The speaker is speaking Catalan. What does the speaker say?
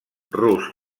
rus